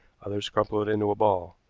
others crumple it into a ball.